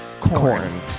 Corn